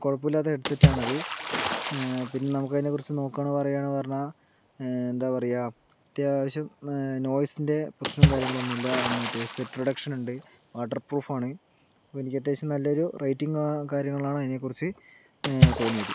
കുഴപ്പമില്ലാത്ത ഹെഡ്സെറ്റ് ആണ് അത് പിന്നെ നമുക്കതിനെക്കുറിച്ച് നോക്കുകയാണ് പറയുകയാണ് എന്ന് പറഞ്ഞാൽ എന്താ പറയുക അത്യാവശ്യം നോയ്സിൻ്റെ പ്രശ്നവും കാര്യങ്ങളൊന്നുമില്ല മറ്റേ സ്വെറ്റ് റിഡക്ഷൻ ഉണ്ട് വാട്ടർ പ്രൂഫാണ് അപ്പോൾ എനിക്കത്യാവശ്യം നല്ലൊരു റേറ്റിങ്ങും കാര്യങ്ങളാണ് എനിക്കതിനെക്കുറിച്ച് തോന്നിയത്